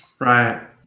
Right